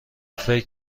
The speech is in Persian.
فکر